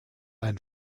ein